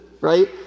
Right